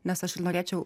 nes ir aš norėčiau